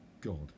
God